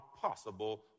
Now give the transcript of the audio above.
possible